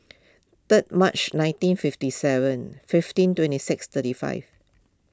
third March nineteen fifty seven fifteen twenty six thirty five